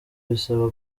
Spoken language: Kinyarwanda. bisaba